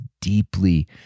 deeply